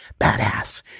badass